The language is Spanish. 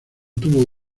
tuvo